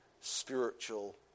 spiritual